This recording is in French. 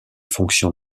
fonctions